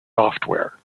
software